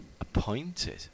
Appointed